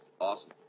awesome